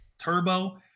turbo